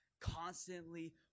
constantly